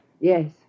Yes